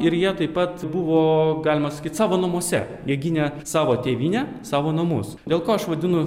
ir jie taip pat buvo galima sakyt savo namuose jie gynė savo tėvynę savo namus dėl ko aš vadinu